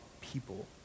people